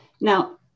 Now